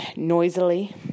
noisily